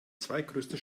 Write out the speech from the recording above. zweitgrößte